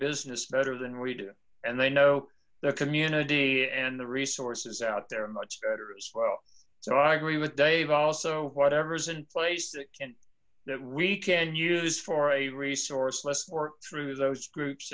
business better than we do and they know the community and the resources out there much better as well so i agree with dave also whatever's in place that can that we can use for a resource let's work through those groups